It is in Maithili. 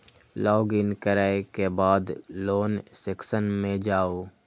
लॉग इन करै के बाद लोन सेक्शन मे जाउ